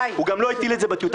הוא גם לא הטיל את זה בטיוטה.